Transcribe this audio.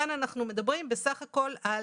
כאן אנחנו מדברים בסך הכל על